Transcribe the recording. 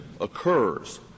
occurs